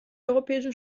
europäischen